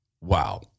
Wow